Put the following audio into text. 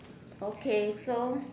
okay so